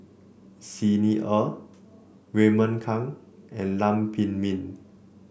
Xi Ni Er Raymond Kang and Lam Pin Min